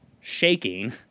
shaking